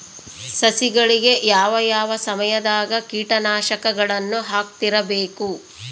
ಸಸಿಗಳಿಗೆ ಯಾವ ಯಾವ ಸಮಯದಾಗ ಕೇಟನಾಶಕಗಳನ್ನು ಹಾಕ್ತಿರಬೇಕು?